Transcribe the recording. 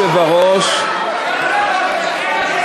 נשמעו קריאות ביניים.